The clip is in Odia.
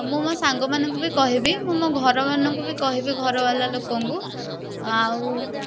ମୁଁ ମୋ ସାଙ୍ଗମାନଙ୍କୁ ବି କହିବି ମୁଁ ମୋ ଘରମାନଙ୍କୁ ବି କହିବି ଘରବାଲା ଲୋକଙ୍କୁ ଆଉ